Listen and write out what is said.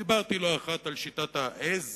דיברתי לא אחת על שיטת העז